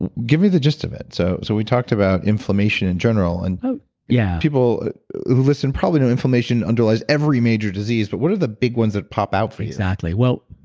and give me the gist of it. so, so we talked about inflammation in general and yeah people who listen probably know that inflammation underlies every major disease, but what are the big ones that pop out for you? exactly. well,